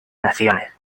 naciones